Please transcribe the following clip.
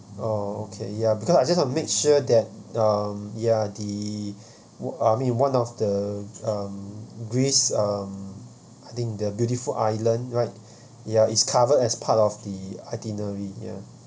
oh okay ya because I just want to make sure that um ya the I mean one of the um greece um I think their beautiful island right ya is covered as part of the itinerary ya